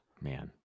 Man